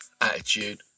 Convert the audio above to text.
Attitude